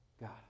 God